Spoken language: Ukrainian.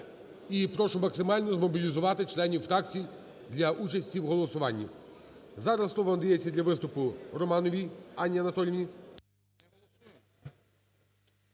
І прошу максимально змобілізувати членів фракцій для участі в голосуванні. Зараз слово надається для виступу Романовій Анні Анатоліївни.